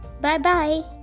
Bye-bye